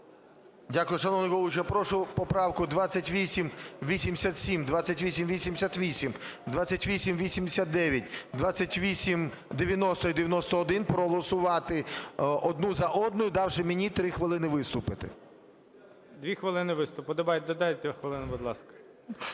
Дякую, шановний головуючий. Я прошу поправку 2887, 2888, 2889, 2890 і 91 проголосувати одну за одною, давши мені 3 хвилини виступити. ГОЛОВУЮЧИЙ. Дві хвилини виступу. Додайте хвилину, будь ласка.